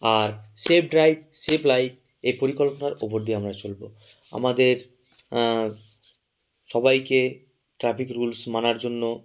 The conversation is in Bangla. আর সেফ ড্রাইভ সেফ লাইফ এই পরিকল্পনার উপর দিয়ে আমরা চলব আমাদের সবাইকে ট্রাফিক রুলস মানার জন্য